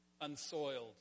unsoiled